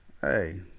Hey